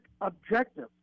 objective